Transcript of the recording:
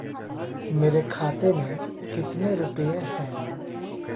मेरे खाते में कितने रुपये हैं?